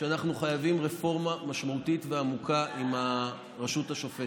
שאנחנו חייבים רפורמה משמעותית ועמוקה ברשות השופטת.